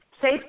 Safe